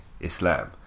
Islam